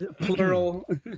plural